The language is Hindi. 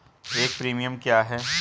एक प्रीमियम क्या है?